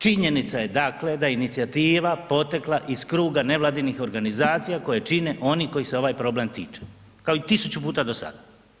Činjenica je dakle da je inicijativa potekla iz kruga nevladinih organizacija koje čine oni kojih se ovaj problem tiče, kao i tisuću puta do sada.